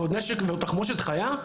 ועוד תחמושת חיה?